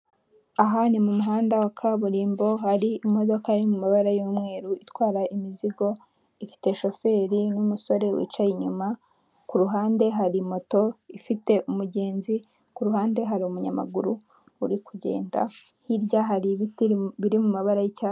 Aha ni mu muhanda wa kaburimbo hari imodoka iri mu mabara y'umweru itwara imizigo ifite shoferi n'umusore wicaye inyuma ku ruhande hari moto ifite umugenzi, ku ruhande hari umunyamaguru uri kugenda hirya hari ibiti biri mu mabara y'icyatsi.